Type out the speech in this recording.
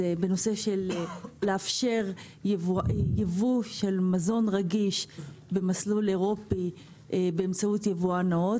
זה לאפשר ייבוא של מזון רגיש במסלול אירופי באמצעות יבואן ---,